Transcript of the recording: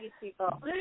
people